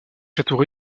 châteaux